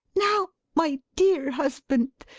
now, my dear husband,